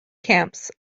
camps